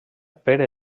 pere